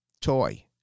toy